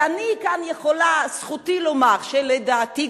וזכותי לומר שלדעתי,